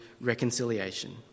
reconciliation